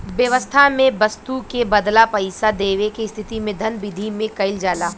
बेवस्था में बस्तु के बदला पईसा देवे के स्थिति में धन बिधि में कइल जाला